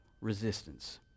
Resistance